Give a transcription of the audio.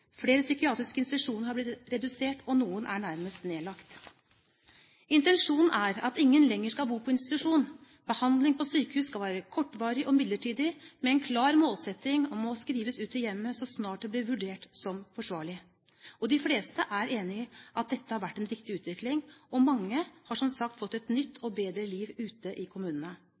Flere psykiatriske institusjoner har blitt redusert, og noen er nærmest nedlagt. Intensjonen er at ingen lenger skal bo på institusjon. Behandling på sykehus skal være kortvarig og midlertidig, med en klar målsetting om å skrives ut til hjemmet så snart det blir vurdert som forsvarlig. De fleste er enige om at dette har vært en riktig utvikling, og mange har, som sagt, fått et nytt og bedre liv ute i kommunene.